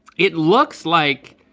it looks like,